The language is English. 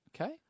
Okay